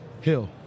hill